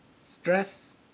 Stress